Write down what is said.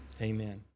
Amen